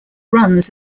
runs